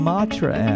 Matra